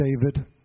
David